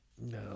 no